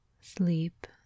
Sleep